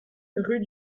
rue